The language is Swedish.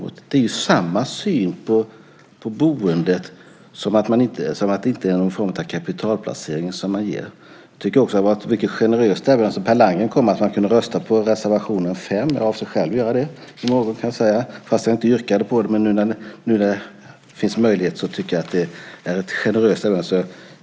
Det är samma syn på boendet, att det inte är någon form av kapitalplacering, som man ger. Jag tycker också att det var ett mycket generöst erbjudande som Per Landgren kom med om att man kan rösta på reservation 5. Jag avser själv att göra det i morgon. Jag yrkade inte bifall till den, men nu när det finns möjlighet tycker jag att det är ett generöst erbjudande.